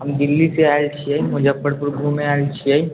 हम दिल्लीसँ आएल छिए मुजफ्फरपुर घूमै आएल छिए